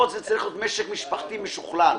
פה זה צריך להיות משק משפחתי משוכלל.